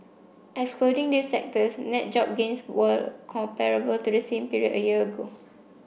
excluding these sectors net job gains were comparable to the same period a year ago